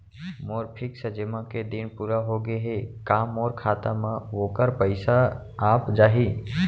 मोर fix जेमा के दिन पूरा होगे हे का मोर खाता म वोखर पइसा आप जाही?